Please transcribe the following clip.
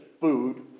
food